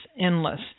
endless